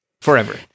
Forever